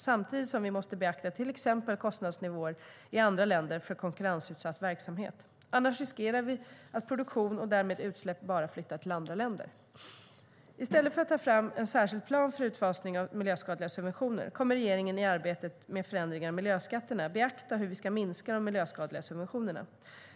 Samtidigt måste vi beakta till exempel kostnadsnivåer i andra länder för konkurrensutsatt verksamhet. Annars riskerar vi att produktion och därmed utsläpp bara flyttar till andra länder.I stället för att ta fram en särskild plan för utfasning av miljöskadliga subventioner kommer regeringen i arbetet med förändringar av miljöskatterna beakta hur vi ska minska de miljöskadliga subventionerna.